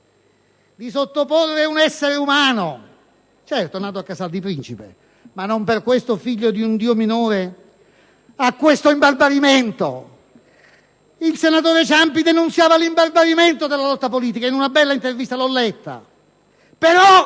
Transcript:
di sottoporre un essere umano, certo nato a Casal di Principe, ma non per questo figlio di un Dio minore, a questo imbarbarimento. Il senatore Ciampi denunciava l'imbarbarimento della lotta politica in una bella intervista che ho letto,